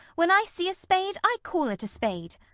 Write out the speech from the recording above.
when i see a spade i call it a spade.